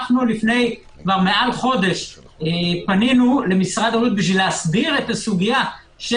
לפני מעל חודש פנינו למשרד הבריאות כדי להסדיר את הסוגיה של